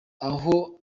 aho